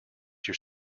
your